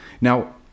Now